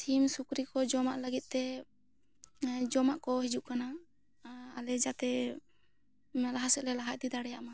ᱥᱤᱢ ᱥᱩᱠᱨᱤ ᱠᱚ ᱡᱚᱢᱟᱜ ᱞᱟᱹᱜᱤᱫ ᱛᱮ ᱡᱚᱢᱟᱜ ᱠᱚ ᱦᱤᱡᱩᱜ ᱠᱟᱱᱟ ᱟᱞᱮ ᱡᱟᱛᱮ ᱚᱱᱟ ᱞᱟᱦᱟ ᱥᱮᱫ ᱞᱮ ᱠᱟᱦᱟ ᱤᱫᱤ ᱫᱟᱲᱮᱭᱟᱜ ᱢᱟ